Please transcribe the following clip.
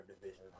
division